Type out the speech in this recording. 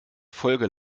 folge